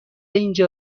اینجا